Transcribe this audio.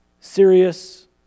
Serious